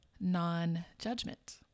non-judgment